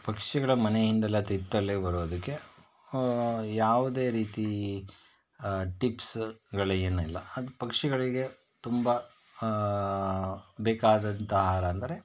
ಪಕ್ಷಿಗಳ ಮನೆಯಿಂದಲದ ಇತ್ತಲೆ ಬರೋದಕ್ಕೆ ಯಾವುದೇ ರೀತಿ ಟಿಪ್ಸ್ಗಳು ಏನಿಲ್ಲ ಅದು ಪಕ್ಷಿಗಳಿಗೆ ತುಂಬ ಬೇಕಾದಂಥ ಆಹಾರ ಅಂದರೆ